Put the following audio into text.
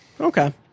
Okay